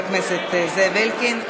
תודה רבה לחבר הכנסת זאב אלקין.